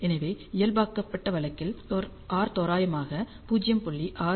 எனவே இயல்பாக்கப்பட்ட வழக்கில் r தோராயமாக 0